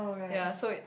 yea so it